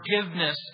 forgiveness